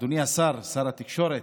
אדוני השר, שר התקשורת,